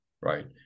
right